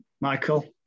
Michael